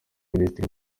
minisitiri